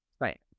Right